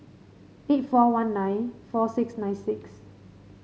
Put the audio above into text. eight four one nine four six nine six